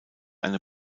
eine